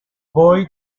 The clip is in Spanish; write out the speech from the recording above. boys